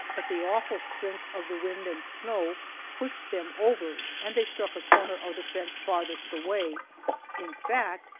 but the awful strength of the wind and snow pushed them over, and they struck a corner of the fence farthest away in fact,